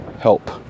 help